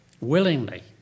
willingly